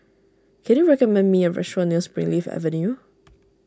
can you recommend me a restaurant near Springleaf Avenue